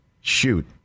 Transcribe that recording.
shoot